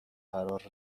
قرار